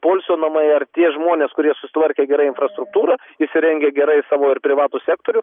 poilsio namai ar tie žmonės kurie sutvarkė gerai infrastruktūrą įsirengę gerai savo ir privatų sektorių